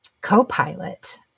Copilot